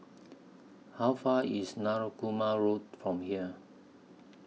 How Far away IS Narooma Road from here